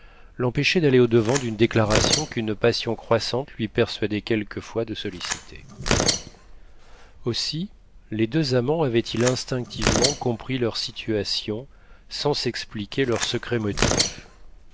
l'empêchait d'aller au-devant d'une déclaration qu'une passion croissante lui persuadait quelquefois de solliciter aussi les deux amants avaient-ils instinctivement compris leur situation sans s'expliquer leurs secrets motifs